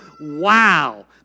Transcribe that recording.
wow